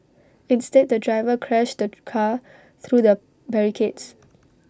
instead the driver crashed the car through the barricades